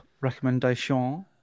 recommendation